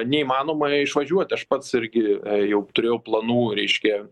neįmanoma išvažiuot aš pats irgi jau turėjau planų reiškia